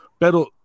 pero